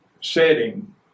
setting